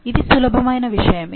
ఇది సులభమైన విషయమే